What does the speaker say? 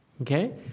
Okay